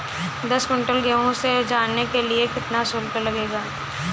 दस कुंटल गेहूँ ले जाने के लिए कितना शुल्क लगेगा?